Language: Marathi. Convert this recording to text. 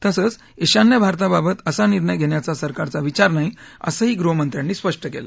तसंच ईशान्य भारताबाबत असा निर्णय घेण्याचा सरकारचा विचार नाही असंही गृहमंत्र्यांनी स्पष्ट केलं